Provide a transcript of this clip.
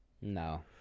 no